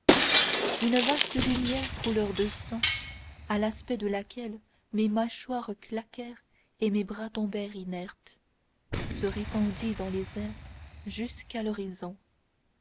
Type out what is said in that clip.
une vaste lumière couleur de sang à l'aspect de laquelle mes mâchoires claquèrent et mes bras tombèrent inertes se répandit dans les airs jusqu'à l'horizon